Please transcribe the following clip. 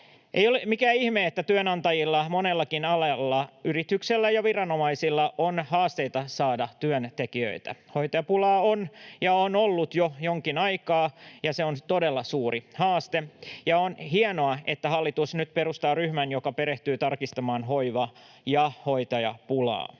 Ei ole mikään ihme, että työnantajilla monellakin alalla, yrityksillä ja viranomaisilla, on haasteita saada työntekijöitä. Hoitajapulaa on ja on ollut jo jonkin aikaa, ja se on todella suuri haaste. On hienoa, että hallitus nyt perustaa ryhmän, joka perehtyy tarkastelemaan hoiva- ja hoitajapulaa.